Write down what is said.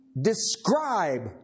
describe